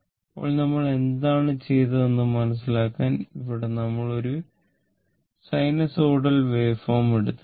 ഇപ്പോൾ നമ്മൾ എന്താണ് ചെയ്തതെന്ന് മനസിലാക്കാൻ ഇവിടെ നമ്മൾ ഒരു സിനസൊഇടല് വാവേഫോം എടുത്തിട്ടില്ല